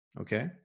Okay